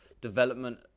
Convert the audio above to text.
development